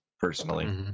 personally